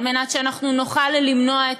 כדי שנוכל למנוע את